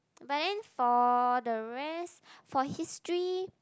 but then for the rest for history